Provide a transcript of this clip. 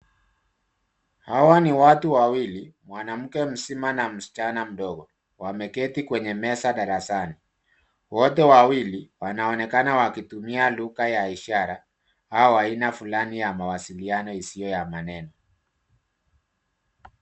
Hawa ni watu wawili, mwanamke mzima na msichana mdogo, wameketi kwenye meza darasani. Wote wawili wanaonekana wakitumia lugha ya ishara au aina fulani ya mawasiliano isiyo ya maneno.